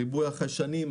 ריבוי החיישנים,